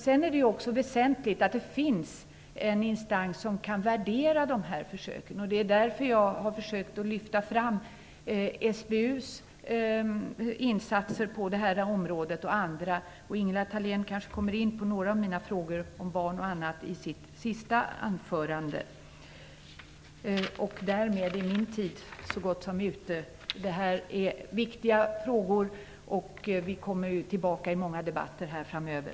Det är också väsentligt att det finns en instans som kan värdera dessa försök. Jag har därför försökt lyfta fram SBU:s och andras insatser på detta område. Ingela Thalén kanske kommer in på några av mina frågor om bl.a. barn i sitt sista anförande. Därmed är min tid så gott som ute. Detta är viktiga frågor. Vi kommer tillbaka i många debatter framöver.